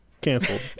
Canceled